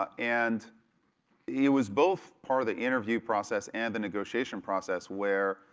ah and it was both part of the interview process and the negotiation process where,